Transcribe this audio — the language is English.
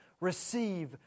receive